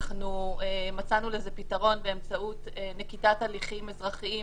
מצאנו לזה פתרון באמצעות נקיטת הליכים אזרחיים